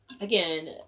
Again